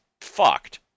fucked